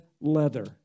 leather